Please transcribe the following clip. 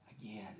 again